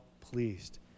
pleased